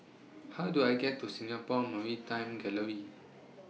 How Do I get to Singapore Maritime Gallery